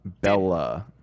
Bella